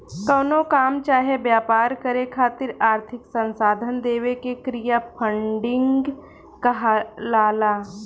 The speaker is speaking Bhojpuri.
कवनो काम चाहे व्यापार करे खातिर आर्थिक संसाधन देवे के क्रिया फंडिंग कहलाला